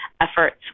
efforts